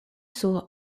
sur